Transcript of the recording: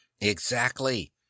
Exactly